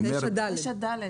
9(ד).